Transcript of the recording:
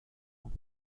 nach